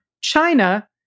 China